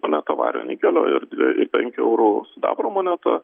moneta vario nikelio ir dvie penkių eurų sidabro moneta